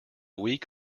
week